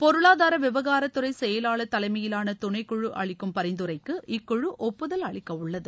பொருளாதார விவகாரத் துறை செயலாள் தலைமையிலான துணைக்குழு அளிக்கும் பரிந்துரைக்கு இக்குழு ஒப்புதல் அளிக்கவுள்ளது